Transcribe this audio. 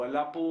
הועלה פה,